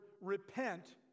repent